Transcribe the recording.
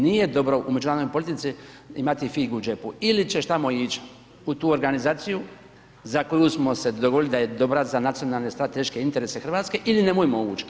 Nije dobro u međunarodnoj politici imati figu u džepu ili ćeš tamo ići u tu organizaciju za koju smo se dogovorili da je dobra za nacionalne strateške interese Hrvatske ili nemojmo uć.